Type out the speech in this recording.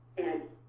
and